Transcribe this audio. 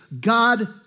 God